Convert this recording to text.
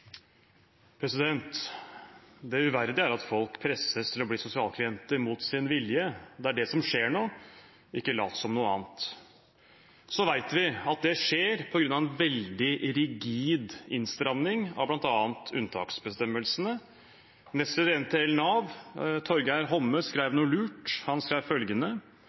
Det uverdige er at folk presses til å bli sosialklienter mot sin vilje. Det er det som skjer nå, ikke lat som noe annet. Så vet vi at det skjer på grunn av en veldig rigid innstramning av bl.a. unntaksbestemmelsene. Nestleder i NTL Nav, Torgeir Homme, skrev noe lurt. Han skrev følgende: